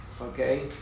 Okay